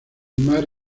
mar